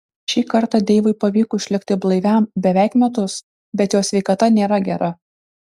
šį kartą deivui pavyko išlikti blaiviam beveik metus bet jo sveikata nėra gera